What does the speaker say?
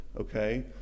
okay